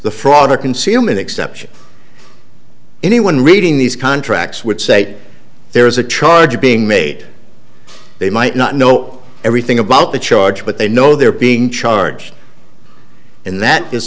the fraud or concealment exception anyone reading these contracts would say there's a charge being made they might not know everything about the charge but they know they're being charged and that is